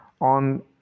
on